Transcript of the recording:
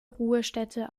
ruhestätte